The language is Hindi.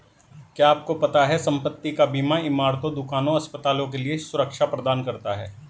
क्या आपको पता है संपत्ति का बीमा इमारतों, दुकानों, अस्पतालों के लिए सुरक्षा प्रदान करता है?